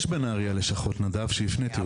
יש בנהריה לשכות, נדב, שהפניתי אותך אליהם.